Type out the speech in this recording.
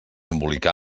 embolicar